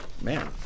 Man